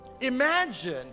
imagine